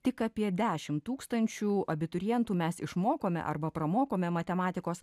tik apie dešimt tūkstančių abiturientų mes išmokome arba pramokome matematikos